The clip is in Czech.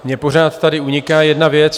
Mě pořád tady uniká jedna věc.